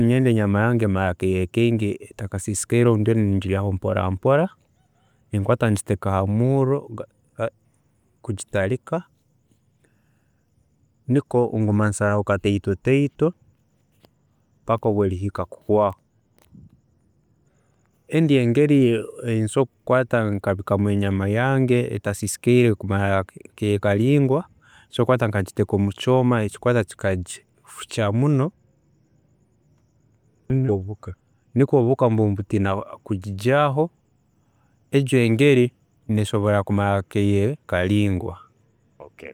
Ninyenda enyama yange emare akaire kaingi etakasiisikaire obu ndiyo nindyaaho mpora mpora, ningikwaata ngiteeka hamuurro kugitarika, nikwo nguma nsalaho kataito taito paka obwerihika kuhwaaho, endi engeri eyinsobola kukwaata nkabiikamu enyama yange etasiisikaire kumara akaire karingwa, nsobola kukwaata nkagiteeka mukyooma ekikusobola kugifukya muno, nikwo obuhuka nibutiina kugijyaaho, egi engeri nesobola kumara akaire kariingwa